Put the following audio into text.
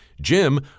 Jim